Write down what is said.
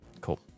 Cool